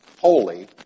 holy